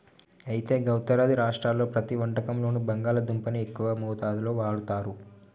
అయితే గా ఉత్తరాది రాష్ట్రాల్లో ప్రతి వంటకంలోనూ బంగాళాదుంపని ఎక్కువ మోతాదులో వాడుతారు